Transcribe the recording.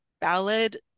ballad